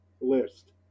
list